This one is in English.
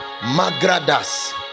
magradas